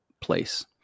place